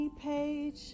page